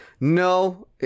No